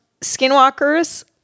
Skinwalkers